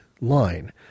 line